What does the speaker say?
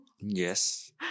yes